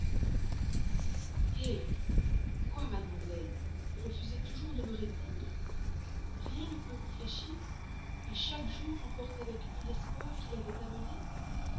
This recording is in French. eh quoi mademoiselle vous refusez toujours de me répondre rien ne peut vous fléchir et chaque jour emporte avec lui l'espoir qu'il avait amené